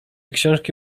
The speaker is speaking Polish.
książki